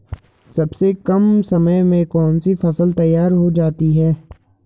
सबसे कम समय में कौन सी फसल तैयार हो जाती है?